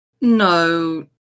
no